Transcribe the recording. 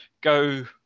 go